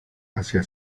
hacia